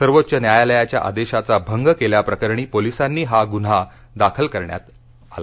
सर्वोच्च न्यायालयाच्या आदेशाचा भंग केल्याप्रकरणी पोलिसांनी हा गुन्हा दाखल करण्यात आला